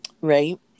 right